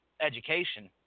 education